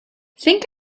think